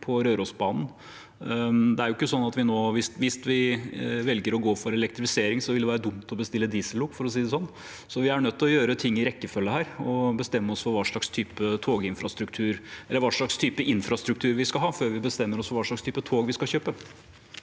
Rørosbanen. Hvis vi velger å gå for elektrifisering, vil det være dumt å bestille diesellokomotiv, for å si det sånn. Så vi er nødt til å gjøre ting i rekkefølge og bestemme oss for hva slags type infrastruktur vi skal ha, før vi bestemmer oss for hva slags type tog vi skal kjøpe.